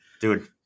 Dude